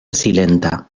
silenta